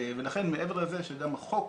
ולכן מעבר לזה שגם החוק